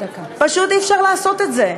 פשוט אי-אפשר לעשות את זה.